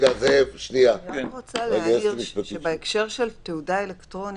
אני רק רוצה להעיר שבהקשר של תעודה אלקטרונית,